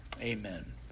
Amen